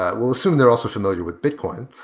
ah we'll assume they're also familiar with bitcoin.